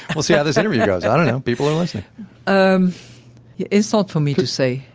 we'll see how this interview goes. i don't know. people are listening um yeah it's not for me to say.